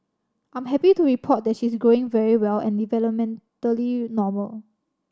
I'm happy to report that she's growing very well and developmentally normal